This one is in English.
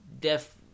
def